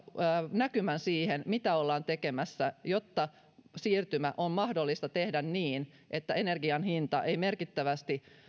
näkymän siihen mitä ollaan tekemässä jotta siirtymä on mahdollista tehdä niin että energian hinta ei merkittävästi